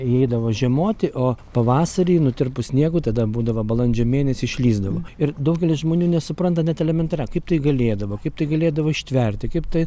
įeidavo žiemoti o pavasarį nutirpus sniegui tada būdavo balandžio mėnesį išlįsdavo ir daugelis žmonių nesupranta net elementaria kaip tai galėdavo kaip tai galėdavo ištverti kaip tai